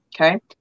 okay